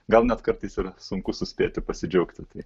gal net kartais ir sunku suspėti pasidžiaugti